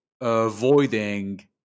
avoiding